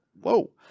whoa